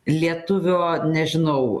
lietuvio nežinau